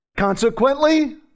Consequently